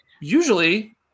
usually